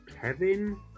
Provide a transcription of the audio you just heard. Kevin